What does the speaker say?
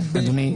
אדוני,